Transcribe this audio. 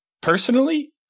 personally